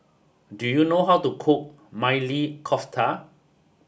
do you know how to cook Maili Kofta